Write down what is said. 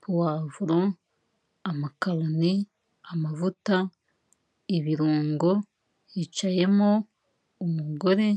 puwavuro, amakaroni, amavuta, ibirungo hicayemo umugore.